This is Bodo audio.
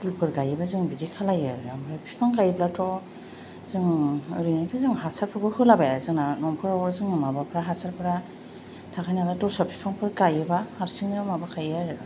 फुलफोर गायोबा जों बिदि खालामो आरो ओमफ्राय बिफां गायोब्लाथ' जों ओरैनोथ' जों हासारखौबो होलाबाया जोंना न'फोराव जोङो माबाफोरा हासारफोरा थाखायो नालाय दस्रा बिफांफोर गायोबा हारसिंनो माबाखायो आरो